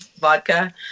vodka